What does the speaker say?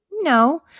No